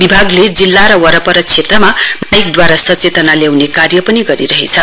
विभागले जिल्ला र वरपर क्षेत्रमा माइकद्वारा सचेतना ल्याउने कार्य पनि गरिरहेछ